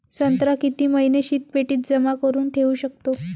संत्रा किती महिने शीतपेटीत जमा करुन ठेऊ शकतो?